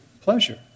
pleasure